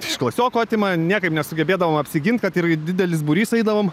iš klasiokų atima niekaip nesugebėdavom apsigint kad ir didelis būrys eidavom